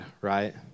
right